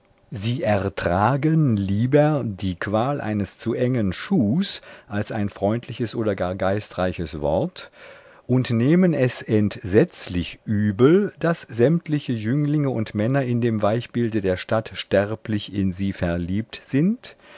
sie ertragen lieber die qual eines zu engen schuhs als ein freundliches oder gar ein geistreiches wort und nehmen es entsetzlich übel daß sämtliche jünglinge und männer in dem weichbilde der stadt sterblich in sie verliebt sind